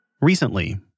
Recently